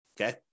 okay